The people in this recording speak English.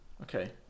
Okay